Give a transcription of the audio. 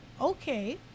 okay